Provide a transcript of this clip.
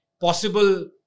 possible